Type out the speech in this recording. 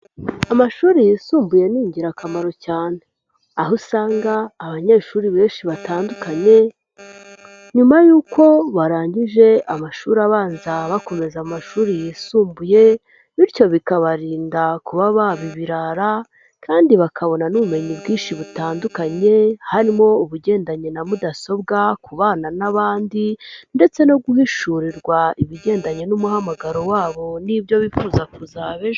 Amashuri yisumbuye ni ingirakamaro cyane aho usanga abanyeshuri benshi batandukanye nyuma y'uko barangije amashuri abanza bakomeza amashuri yisumbuye bityo bikabarinda kuba baba ibirara kandi bakabona n'ubumenyi bwinshi butandukanye, harimo ubugendanye na mudasobwa ku bana n'abandi ndetse no guhishurirwa ibigendanye n'umuhamagaro wabo n'ibyo bifuza kuzaba ejo .